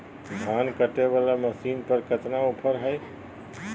धान कटे बाला मसीन पर कतना ऑफर हाय?